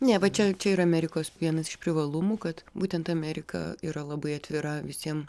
ne va čia čia yra amerikos vienas iš privalumų kad būtent amerika yra labai atvira visiem